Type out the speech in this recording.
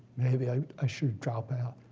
maybe i i should drop out.